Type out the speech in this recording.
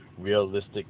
realistic